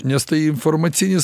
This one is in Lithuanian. nes tai informacinis